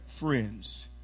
friends